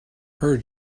her